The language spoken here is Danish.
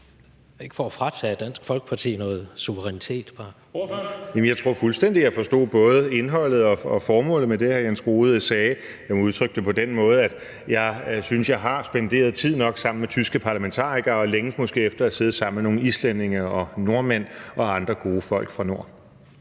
Jeg tror fuldstændig, jeg forstod både indholdet og formålet med det, hr. Jens Rohde sagde. Jeg må udtrykke det på den måde, at jeg synes, jeg har spenderet tid nok sammen med tyske parlamentarikere, og at jeg måske længes efter at sidde sammen med nogle islændinge og nordmænd og andre gode folk fra Nord.